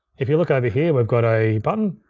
if you look over here, we've got a button.